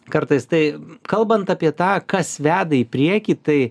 kartais tai kalbant apie tą kas veda į priekį tai